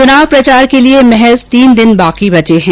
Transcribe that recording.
चनाव प्रचार के लिए महज अब तीन दिन शेष बचे हैं